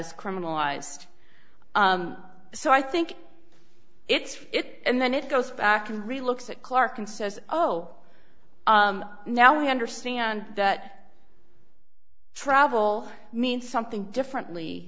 is criminalized so i think it's it and then it goes back and relook at clark and says oh now we understand that travel means something differently